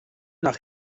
nach